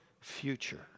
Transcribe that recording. future